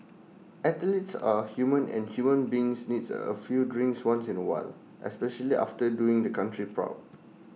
athletes are human and human beings needs A few drinks once in A while especially after doing the country proud